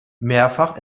mehrfach